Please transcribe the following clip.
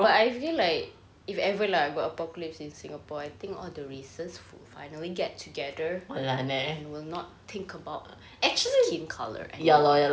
but I feel like if ever lah got apocalypse in singapore I think all the races will finally get together and will not think about actually being coloured